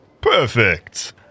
Perfect